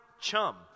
chum